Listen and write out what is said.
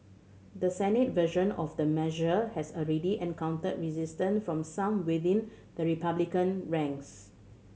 the Senate version of the measure has already encountered resistance from some within the Republican ranks